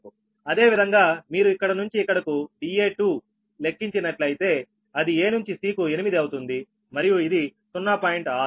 అదేవిధంగా మీరు ఇక్కడ నుంచి ఇక్కడకు Da2 లెక్కించినట్లయితే అది a నుంచి c కు 8 అవుతుంది మరియు ఇది 0